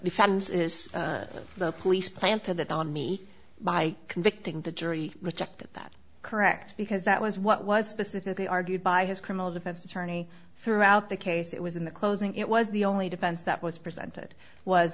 defense is the police planted it on me by convicting the jury rejected that correct because that was what was specifically argued by his criminal defense attorney throughout the case it was in the closing it was the only defense that was presented was